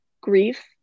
grief